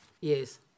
Yes